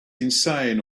insane